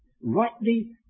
rightly